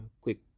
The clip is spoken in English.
quick